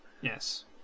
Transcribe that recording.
Yes